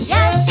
Yes